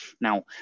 Now